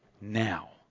now